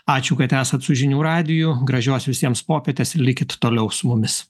ačiū kad esat su žinių radiju gražios visiems popietės likit toliau su mumis